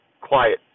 quiet